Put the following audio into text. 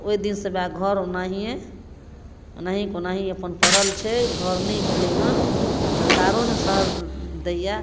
ओइ दिनके बाद घर ओहिनाइए ओहिनाके ओहिना अपन पड़ल छै घर नहि भेलै हँ सरकारो नहि साथ दैयै